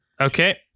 Okay